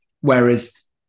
whereas